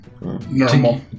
normal